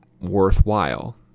worthwhile